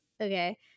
Okay